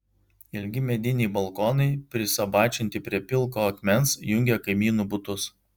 ilgi mediniai balkonai prisabačinti prie pilko akmens jungia kaimynų butus